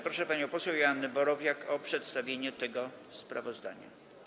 Proszę panią poseł Joannę Borowiak o przedstawienie tego sprawozdania.